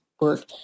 work